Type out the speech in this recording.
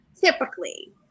typically